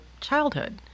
childhood